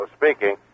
speaking